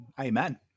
Amen